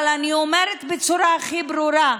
אבל אני אומרת בצורה הכי ברורה: